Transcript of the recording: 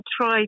try